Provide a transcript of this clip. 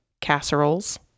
casseroles